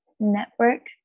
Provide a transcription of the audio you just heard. network